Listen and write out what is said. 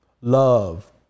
love